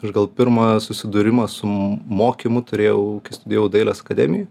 aš gal pirmą susidūrimą su mokymu turėjau kai studijavau dailės akademijoj